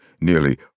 nearly